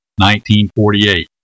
1948